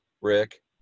Rick